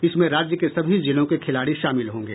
इसमें राज्य के सभी जिलों के खिलाड़ी शामिल होंगे